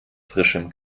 frischem